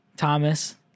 Thomas